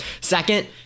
second